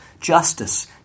justice